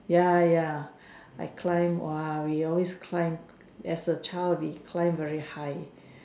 ya ya I climb !wah! we always climb as a child we climb very high